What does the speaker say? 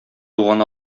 туган